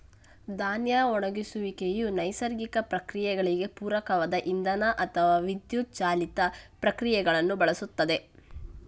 ಧಾನ್ಯ ಒಣಗಿಸುವಿಕೆಯು ನೈಸರ್ಗಿಕ ಪ್ರಕ್ರಿಯೆಗಳಿಗೆ ಪೂರಕವಾದ ಇಂಧನ ಅಥವಾ ವಿದ್ಯುತ್ ಚಾಲಿತ ಪ್ರಕ್ರಿಯೆಗಳನ್ನು ಬಳಸುತ್ತದೆ